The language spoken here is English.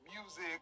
music